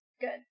Good